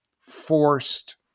forced